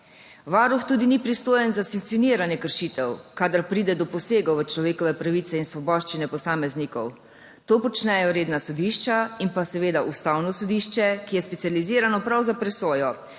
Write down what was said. Varuh tudi ni pristojen za sankcioniranje kršitev, kadar pride do posegov v človekove pravice in svoboščine posameznikov. To počnejo redna sodišča in pa seveda Ustavno sodišče, ki je specializirano prav za presojo,